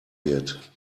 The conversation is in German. wird